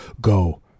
Go